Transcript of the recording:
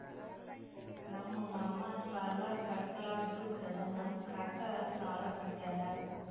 ನಮ್ ಮಾಮಾ ಸಾಲಾ ಕಟ್ಲಾರ್ದುಕ್ ನಮ್ ಕಾಕಾ ಸಾಲಾ ಕಟ್ಯಾರ್